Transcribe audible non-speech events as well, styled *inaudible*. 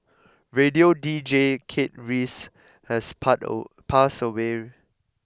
radio deejay Kate Reyes has *unintelligible* passed away